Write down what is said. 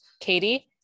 Katie